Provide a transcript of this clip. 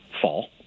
fall